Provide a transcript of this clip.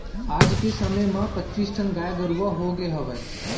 आज के समे म पच्चीस ठन गाय गरूवा होगे हवय